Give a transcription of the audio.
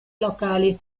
locali